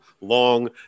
long